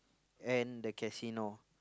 and the casino